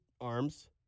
arms